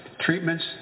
treatments